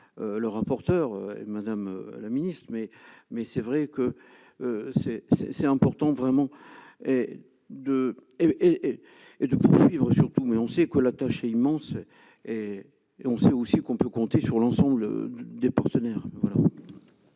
le rapporteur, Madame la Ministre, mais, mais c'est vrai que c'est, c'est c'est important vraiment et de et et et et de poursuivre : surtout, mais on sait que la tâche est immense et et on sait aussi qu'on peut compter sur l'ensemble des partenaires.